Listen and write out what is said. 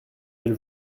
elle